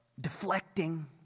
deflecting